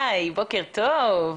בוקר טוב.